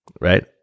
right